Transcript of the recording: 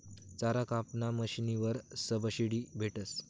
चारा कापाना मशीनवर सबशीडी भेटस